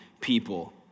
people